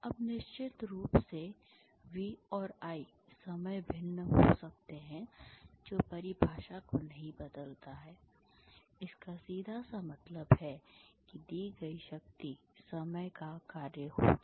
अब निश्चित रूप से V और I समय भिन्न हो सकते हैं जो परिभाषा को नहीं बदलता है इसका सीधा सा मतलब है कि दी गई शक्ति समय का कार्य होगी